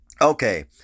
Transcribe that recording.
Okay